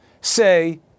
say